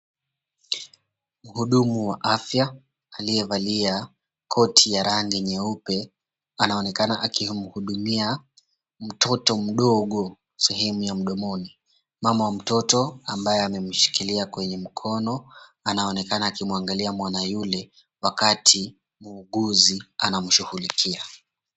Mhudumu wa afya aliyevalia koti ya rangi nyeupe anaonekana akimhudumia mtoto mdogo sehemu ya mdomoni. Mama mtoto ambaye amemshikilia kwenye mkono anaonekana akimwangalia mwana yule wakati mwuguzi anamshughulikia.